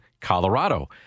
Colorado